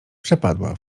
przepadła